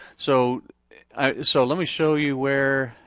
so so let me show you where,